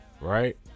Right